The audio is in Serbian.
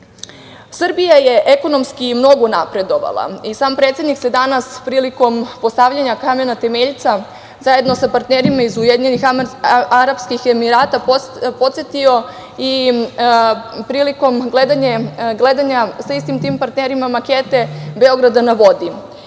je ekonomski mnogo napredovala i sam predsednik se danas prilikom postavljanja kamena temeljca zajedno sa partnerima iz Ujedinjenih Arapskih Emirata podsetio i prilikom gledanja sa istim tim partnerima makete „Beograda na vodi“.